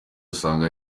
usanga